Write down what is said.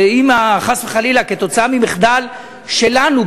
ואם חס וחלילה כתוצאה ממחדל שלנו,